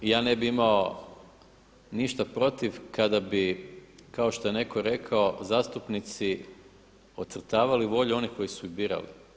I ja ne bih imao ništa protiv kada bi kao što je netko rekao zastupnici ocrtavali volju onih koji su ih birali.